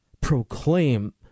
proclaim